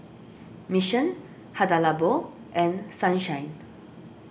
Mission Hada Labo and Sunshine